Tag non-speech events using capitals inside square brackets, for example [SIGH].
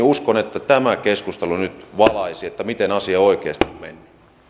[UNINTELLIGIBLE] uskon että tämä keskustelu nyt valaisi miten asia oikeasti menee